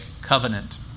Covenant